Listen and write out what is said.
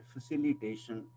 Facilitation